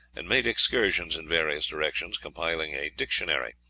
and made excursions in various directions, compiling a dictionary.